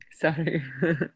Sorry